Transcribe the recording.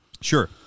Sure